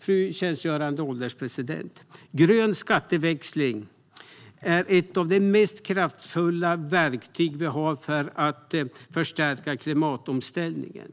Fru ålderspresident! Grön skatteväxling är ett av de mest kraftfulla verktyg som vi har för att förstärka klimatomställningen.